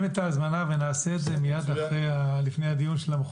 כל התרגילים של הצבא הם על Full-scale war,